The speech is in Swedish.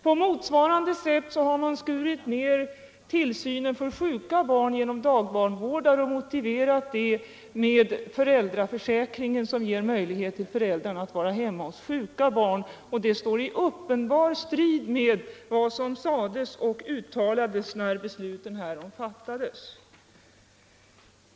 På motsvarande sätt har man skurit ner tillsynen av sjuka barn genom dagbarnvårdare och motiverat det med att föräldraförsäkringen ger föräldrarna möjlighet att vara hemma hos sjuka barn. Denna nedskärning står i uppenbar strid med vad som uttalades när beslutet härom fattades.